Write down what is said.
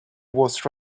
was